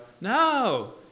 No